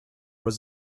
was